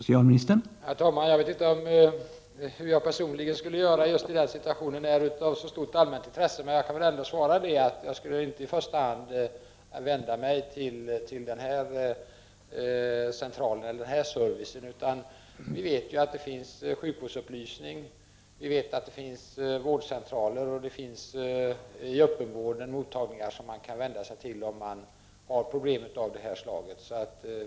Herr talman! Jag vet inte om det är av så stort allmänt intresse hur jag personligen skulle göra i en sådan situation, men jag kan säga att jag inte i första hand skulle vända mig till denna service. Vi vet ju att det finns sjukvårdsupplysning, vårdcentraler och mottagningar inom öppenvården, som man kan vända sig till om man har problem av detta slag.